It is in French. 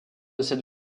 cette